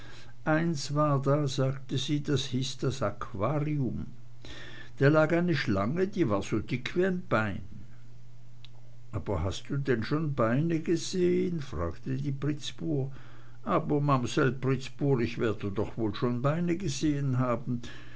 eins war da sagte sie das hieß das aquarium da lag eine schlange die war so dick wie n bein aber hast du denn schon beine gesehn fragte die pritzbur aber mamsell pritzbur ich werde doch wohl schon beine gesehn haben